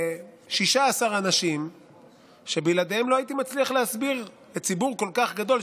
ל-16 אנשים שבלעדיהם לא הייתי מצליח להסביר לציבור כל כך גדול,